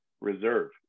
Reserve